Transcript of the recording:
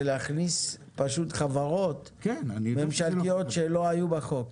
זה פשוט להכניס חברות ממשלתיות שלא היו בחוק.